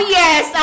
yes